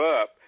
up